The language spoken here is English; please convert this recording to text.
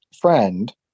friend